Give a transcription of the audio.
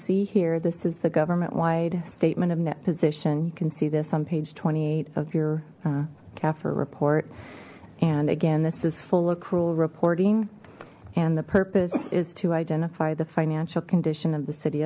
see here this is the government wide statement of net position you can see this on page twenty eight of your cafer report and again this is full accrual reporting and the purpose is to identify the financial condition of the city